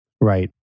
Right